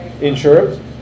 insurance